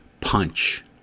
punch